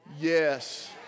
Yes